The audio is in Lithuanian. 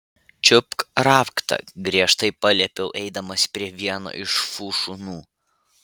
čiupk raktą griežtai paliepiau eidamas prie vieno iš fu šunų